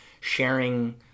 sharing